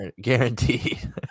guaranteed